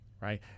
right